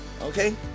Okay